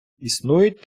існують